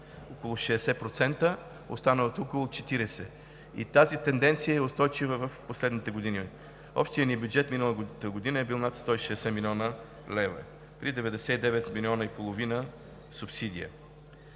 около 60%, останалото е около 40%. Тази тенденция е устойчива в последните години. Общият ни бюджет миналата година е бил над 160 млн. лв. при 99,5 млн. субсидия